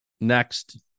next